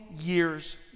years